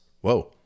Whoa